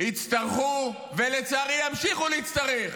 יצטרכו ולצערי ימשיכו להצטרך,